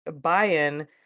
buy-in